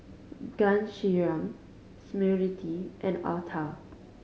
Ghanshyam Smriti and Atal